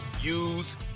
use